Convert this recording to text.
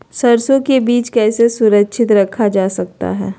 सरसो के बीज कैसे सुरक्षित रखा जा सकता है?